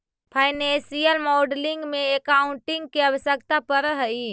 financial modelling में accounting के आवश्यकता पड़ऽ हई